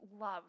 love